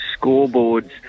scoreboards